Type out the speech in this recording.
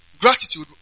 gratitude